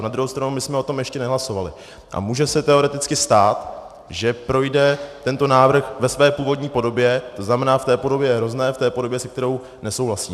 Na druhou stranu my jsme o tom ještě nehlasovali a může se teoreticky stát, že projde tento návrh ve své původní podobě, tzn. v té podobě hrozné, v té podobě, s kterou nesouhlasíme.